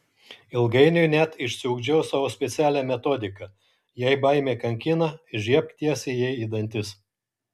ilgainiui net išsiugdžiau savo specialią metodiką jei baimė kankina žiebk tiesiai jai į dantis